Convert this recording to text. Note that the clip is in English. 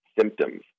symptoms